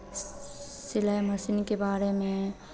सिलाई मसीन के बारे में